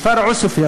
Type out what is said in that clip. בכפר עוספיא,